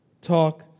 Talk